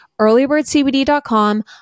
earlybirdcbd.com